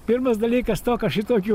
pirmas dalykas tokio šitokių